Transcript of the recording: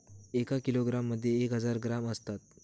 एका किलोग्रॅम मध्ये एक हजार ग्रॅम असतात